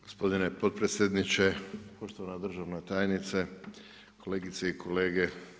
Gospodine potpredsjedniče, poštovana državna tajnice, kolegice i kolege.